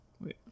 wait